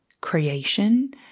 creation